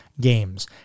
games